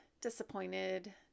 disappointed